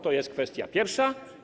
To jest kwestia pierwsza.